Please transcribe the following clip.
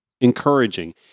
Encouraging